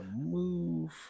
Move